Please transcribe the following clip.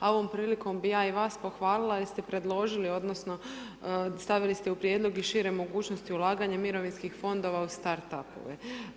A ovom prilikom bih ja i vas pohvalila jer ste predložili, odnosno stavili ste u prijedlog i šire mogućnosti ulaganja i mirovinskih fondova u start up-ove.